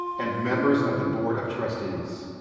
and members of the board of trustees.